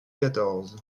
quatorze